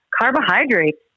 carbohydrates